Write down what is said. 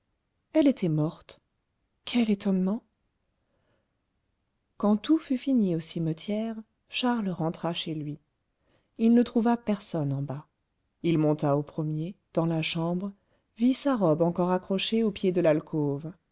elle était morte quel étonnement quand tout fut fini au cimetière charles rentra chez lui il ne trouva personne en bas il monta au premier dans la chambre vit sa robe encore accrochée au pied de l'alcôve